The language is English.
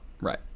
right